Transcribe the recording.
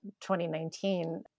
2019